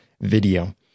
video